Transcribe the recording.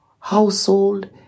household